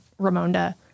Ramonda